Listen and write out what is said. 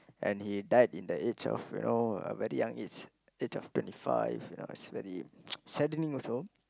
and he died in the age of you know a very young age age of twenty five you know it's very saddening also